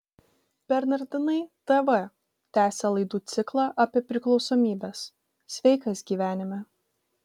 bernardinai tv tęsia laidų ciklą apie priklausomybes sveikas gyvenime